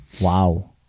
Wow